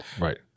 Right